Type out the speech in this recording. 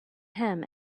him